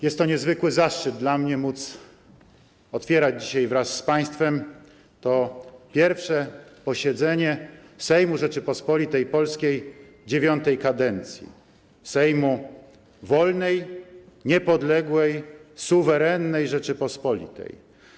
Jest to dla mnie niezwykły zaszczyt móc otwierać dzisiaj wraz z Państwem to pierwsze posiedzenie Sejmu Rzeczypospolitej Polskiej IX kadencji, Sejmu wolnej, niepodległej, suwerennej Rzeczypospolitej.